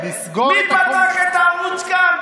מי פתח את הערוץ "כאן"?